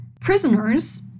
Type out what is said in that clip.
prisoners